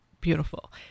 beautiful